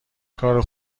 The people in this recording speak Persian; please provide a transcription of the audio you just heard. کار